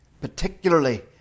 particularly